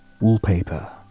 wallpaper